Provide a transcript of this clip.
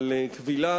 על כבילה,